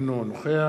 אינו נוכח